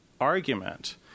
argument